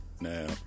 Now